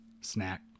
snack